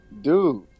Dude